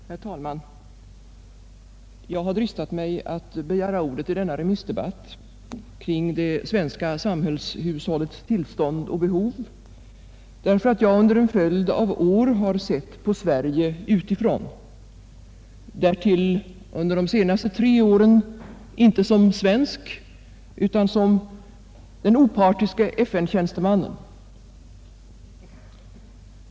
Herr talman! Jag har dristat mig att begära ordet i denna remissdebatt kring det svenska samhällshushållets tillstånd och behov eftersom jag under en följd av år har sett på Sverige utifrån, därtill under de senaste tre åren inte som svensk utan som den opartiske FN-tjänstemannen.